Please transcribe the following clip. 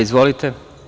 Izvolite.